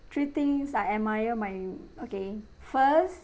three things I admire my okay first